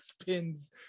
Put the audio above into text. spins